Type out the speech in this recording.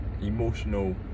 emotional